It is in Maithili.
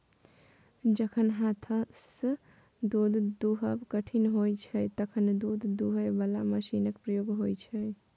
जखन हाथसँ दुध दुहब कठिन होइ छै तखन दुध दुहय बला मशीनक प्रयोग होइ छै